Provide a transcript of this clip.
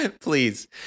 Please